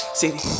city